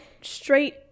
straight